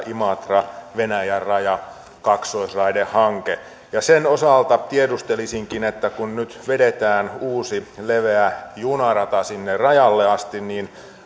imatra venäjän raja kaksoisraidehanke sen osalta tiedustelisinkin kun nyt vedetään uusi leveä junarata sinne rajalle asti niin